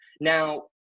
Now